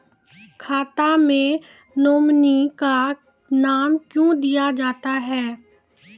खाता मे नोमिनी का नाम क्यो दिया जाता हैं?